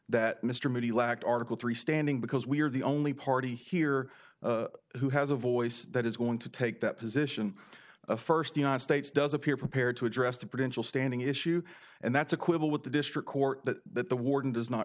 that mr moody lacked article three standing because we are the only party here who has a voice that is going to take that position first the united states does appear prepared to address the potential standing issue and that's a quibble with the district court that the warden does not